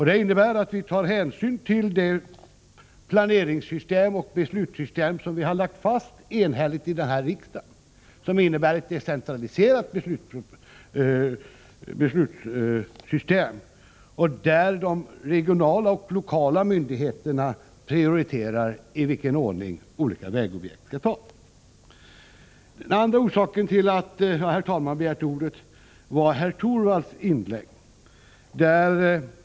Det innebär att vi tar hänsyn till det planeringsoch beslutssystem som riksdagen enhälligt har lagt fast. Detta system innebär ett decentraliserat beslutsfattande, där de regionala och lokala myndigheterna prioriterar i vilken ordning olika vägobjekt skall tas. Herr talman! Den andra orsaken till att jag begärde ordet var herr Torwalds inlägg.